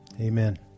Amen